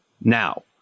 now